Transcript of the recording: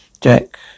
Jack